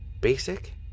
Basic